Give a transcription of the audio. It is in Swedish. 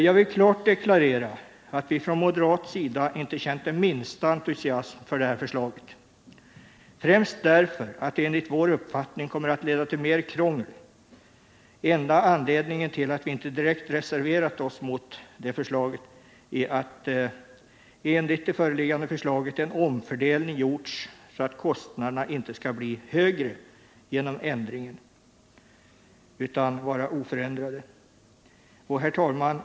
Jag vill klart deklarera att vi moderater inte har känt den minsta entusiasm för det här förslaget, främst därför att det enligt vår uppfattning kommer att leda till mer krångel. Enda anledningen till att vi inte direkt har reserverat oss mot det är att, enligt det föreliggande förslaget, en omfördelning gjorts så att kostnaderna inte skall bli högre genom ändringen utan oförändrade. Herr talman!